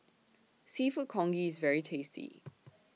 Seafood Congee IS very tasty